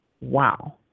Wow